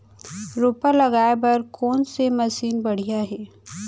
रोपा लगाए बर कोन से मशीन बढ़िया हे?